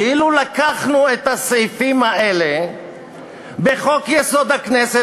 כאילו לקחנו את הסעיפים האלה בחוק-יסוד: הכנסת